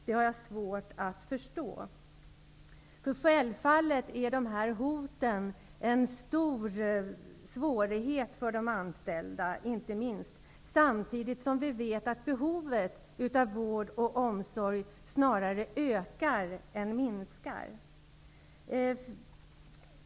Dessa hot är självfallet en stor svårighet för de anställda. Samtidigt vet vi att behovet av vård och omsorg snarare ökar än minskar.